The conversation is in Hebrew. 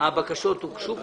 והבקשות הוגשו כדין.